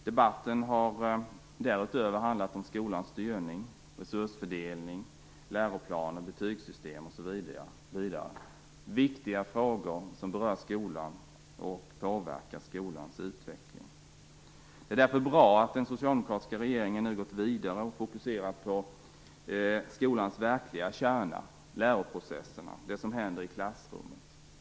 Debatten har därutöver handlat om skolans styrning, resursfördelning, läroplan, betygssystem osv. Det är viktiga frågor som berör skolan och påverkar skolans utveckling. Det är därför bra att den socialdemokratiska regeringen nu gått vidare och fokuserat på skolans verkliga kärna - läroprocesserna och det som händer i klassrummet.